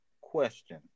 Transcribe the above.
question